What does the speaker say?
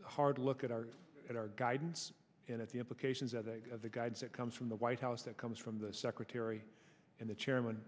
the hard look at our at our guidance and at the implications of the guides that comes from the white house that comes from the secretary and the chairman